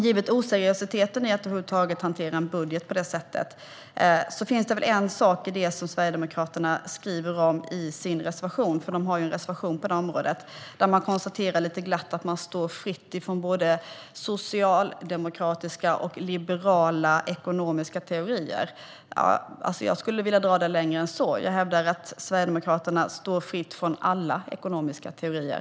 Givet oseriositeten i att över huvud taget hantera en budget på det sättet finns det en sak som Sverigedemokraterna skriver i sin reservation på området, nämligen att man konstaterar lite glatt att man står fritt från både socialdemokratiska och liberala ekonomiska teorier. Jag skulle vilja dra det längre än så. Jag hävdar att Sverigedemokraterna står fritt från alla ekonomiska teorier.